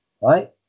right